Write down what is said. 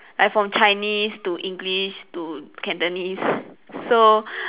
like from Chinese to English to Cantonese so